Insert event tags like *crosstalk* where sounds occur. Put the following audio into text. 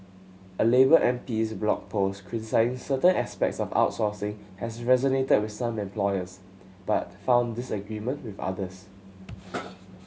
a labour M P's blog post *unintelligible* certain aspects of outsourcing has resonated with some employers but found disagreement with others